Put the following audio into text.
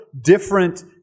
different